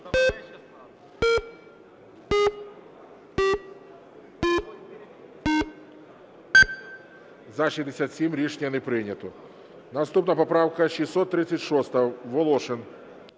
За-67 Рішення не прийнято. Наступна поправка 636. Волошин.